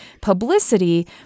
publicity